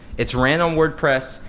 it's ran on wordpress,